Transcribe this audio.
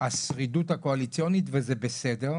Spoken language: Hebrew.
השרידות הקואליציונית וזה בסדר,